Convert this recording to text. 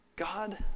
God